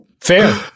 fair